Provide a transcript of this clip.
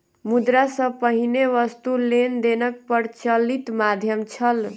मुद्रा सॅ पहिने वस्तु लेन देनक प्रचलित माध्यम छल